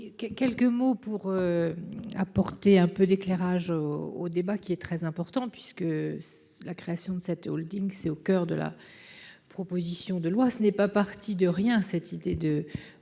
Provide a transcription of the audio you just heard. quelques mots pour. Apporter un peu d'éclairage au débat qui est très importante puisque la création de cette Holding. C'est au coeur de la. Proposition de loi, ce n'est pas parti de rien, cette idée de